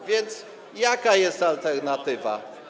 A więc jaka jest alternatywa?